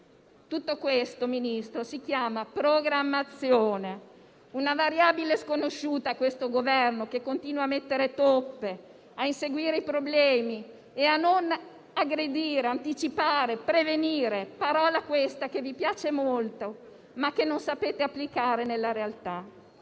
Tutto questo, signor Ministro, si chiama programmazione, una variabile sconosciuta a questo Governo che continua a mettere toppe, a inseguire i problemi e a non aggredire, anticipare, prevenire; una parola, questa, che vi piace molto, ma che non sapete applicare nella realtà.